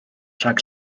rhag